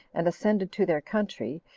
and ascended to their country,